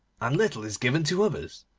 and little is given to others.